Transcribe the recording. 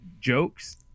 jokes